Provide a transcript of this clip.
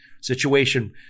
situation